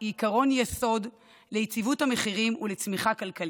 היא עקרון יסוד ליציבות המחירים ולצמיחה כלכלית,